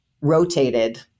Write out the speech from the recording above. rotated